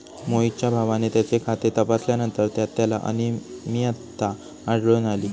मोहितच्या भावाने त्याचे खाते तपासल्यानंतर त्यात त्याला अनियमितता आढळून आली